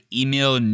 email